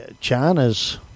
china's